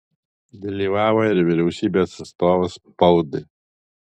dalyvavo ir vyriausybės atstovas spaudai